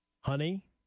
Honey